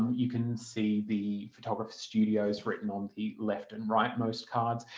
you can see the photographer studios written on the left and right, most cards.